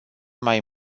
mai